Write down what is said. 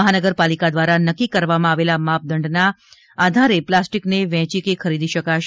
મહાનગરપાલિકા દ્વારા નક્કી કરવામાં આવેલા માપદંડના પ્લાસ્ટિકને જ વહેંચી કે ખરીદી શકાશે